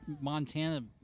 Montana